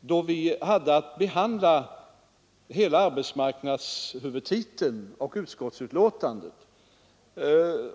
då vi hade att behandla hela arbetsmarknadshuvudtiteln och utskottsbetänkandet.